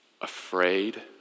afraid